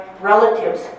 relatives